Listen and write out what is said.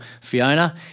Fiona